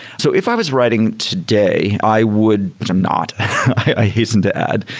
so if i was writing today, i would but um not i hasten to add.